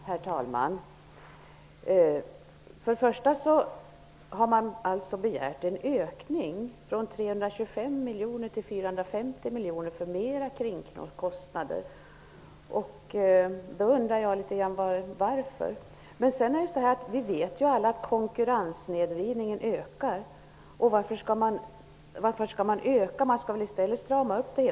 Herr talman! Först och främst har man begärt en ökning av anslagen från 325 miljoner kronor till 450 miljoner kronor på grund av mera kringkostnader. Jag undrar varför. Vidare säger arbetsmarknadsministern att vi alla vet att konkurrenssnedvridningen ökar. Varför skall den öka? Det hela skall väl stramas upp?